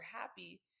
happy